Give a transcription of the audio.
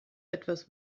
etwas